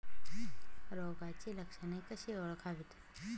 रोगाची लक्षणे कशी ओळखावीत?